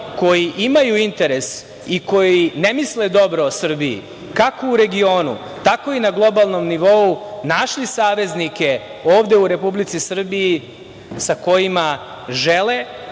koji imaju interes i koji ne misle dobro Srbiji, kako u regionu, tako i na globalnom nivou, našli saveznike ovde u Republici Srbiji sa kojima žele